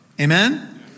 Amen